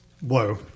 whoa